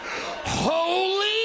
holy